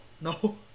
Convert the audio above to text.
no